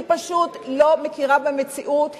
היא פשוט לא מכירה במציאות,